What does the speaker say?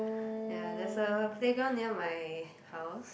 ya there's a playground near my house